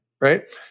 right